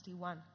61